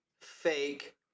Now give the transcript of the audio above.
fake